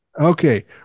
Okay